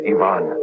Ivan